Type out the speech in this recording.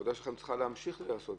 העבודה שלכם צריכה להמשיך להיעשות,